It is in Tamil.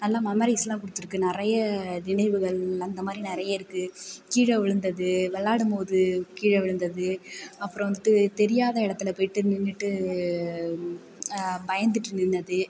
நல்ல மெமரிஸெலாம் கொடுத்துருக்கு நிறைய நினைவுகள் அந்த மாதிரி நிறைய இருக்குது கீழே விழுந்தது விளையாடும்போது கீழே விழுந்தது அப்புறம் வந்துட்டு தெரியாத இடத்தில் போய்ட்டு நின்றுட்டு பயந்துகிட்டு நின்றது